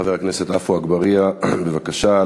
חבר הכנסת עפו אגבאריה, בבקשה.